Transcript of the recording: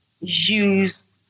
use